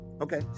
Okay